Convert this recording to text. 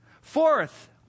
Fourth